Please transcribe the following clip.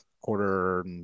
quarter